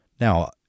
Now